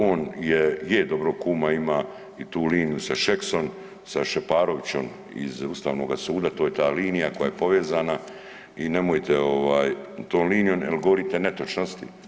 On je, je dobrog kuma ima i tu liniju sa Šeksom, sa Šeparovićem iz Ustavnoga suda to je ta linija koja je povezana i nemojte tom linijom jer govorite netočnosti.